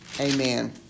Amen